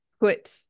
put